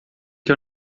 que